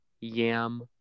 yam